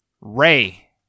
Ray